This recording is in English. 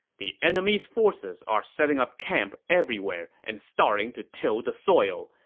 the enemy's forces are setting up camp everywhere and starting to till the soil.